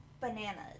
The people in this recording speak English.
bananas